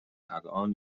الان